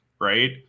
right